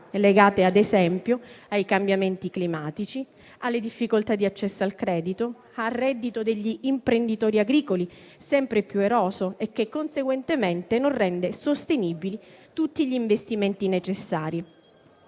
legate, ad esempio, ai cambiamenti climatici, alle difficoltà di accesso al credito, al reddito degli imprenditori agricoli, sempre più eroso e che, conseguentemente, non rende sostenibili tutti gli investimenti necessari.